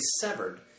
severed